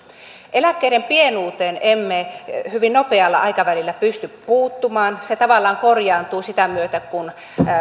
eläkkeiden pienuuteen emme hyvin nopealla aikavälillä pysty puuttumaan se tavallaan korjaantuu sen myötä kun